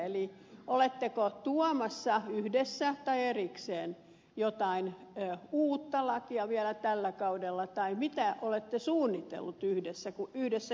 eli oletteko tuomassa yhdessä tai erikseen jotain uutta lakia vielä tällä kaudella tai mitä olette suunnitelleet yhdessä kun yhdessä istutte siellä